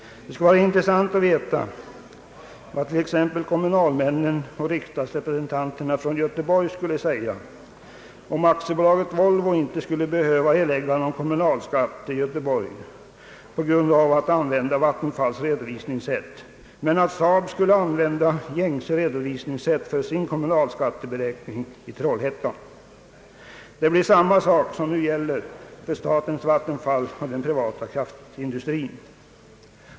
Det vore intressant att veta vad t.ex. kommunalmännen och riksdagsrepresentanterna från Göteborg skulle säga om AB Volvo inte behövde erlägga någon kommunalskatt till Göteborg, i likhet med Vattenfalls redovisningssätt, men SAAB skulle använda gängse redovisningsmetod för sin kommunalskatteberäkning i Trollhättan. Då uppstår samma förhållande som nu råder för statens vattenfallsverk respektive den privata kraftindustrin.